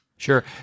Sure